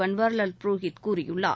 பன்வாரிலால் புரோஹித் கூறியுள்ளார்